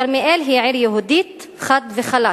כרמיאל היא עיר יהודית, חד וחלק.